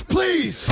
Please